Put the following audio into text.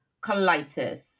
colitis